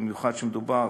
במיוחד כשמדובר